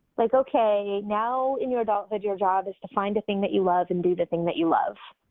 like, okay, now in your adulthood, your job is to find a thing that you love and do the thing that you love.